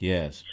Yes